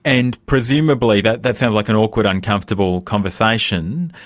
and presumably, that that sounds like an awkward uncomfortable conversation,